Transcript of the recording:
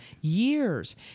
years